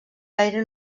gaire